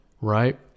right